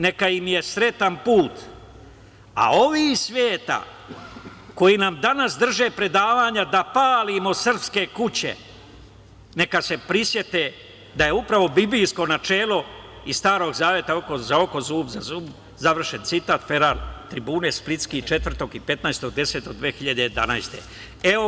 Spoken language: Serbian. Neka im je sretan put, a ovi iz sveta koji nam danas drže predavanje da palimo srpske kuće, neka se prisete da je upravo biblijsko načelo iz Starog zaveta - oko za oko, zub za zub", završen citat, "Feral tribjun" Split, 4. i 15. 10. 2011. godine.